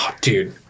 dude